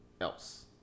else